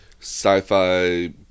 sci-fi